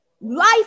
Life